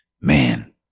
man